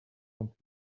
want